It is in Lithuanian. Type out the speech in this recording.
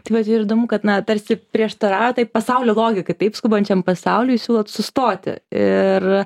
tai vat ir įdomu kad na tarsi prieštarauja tai pasaulio logikai taip skubančiam pasauliui siūlot sustoti ir